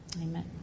amen